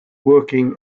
working